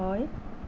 হয়